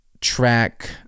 track